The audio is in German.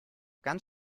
ganz